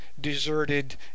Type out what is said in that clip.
deserted